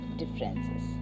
differences